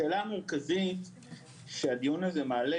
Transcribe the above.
השאלה המרכזית שהדיון הזה מעלה,